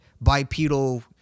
bipedal